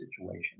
situation